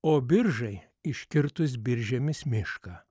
o biržai iškirtus biržėmis mišką